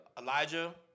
Elijah